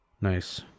Nice